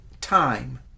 time